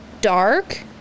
dark